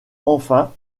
enfin